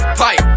pipe